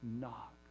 knock